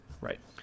Right